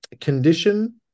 condition